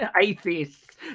Atheists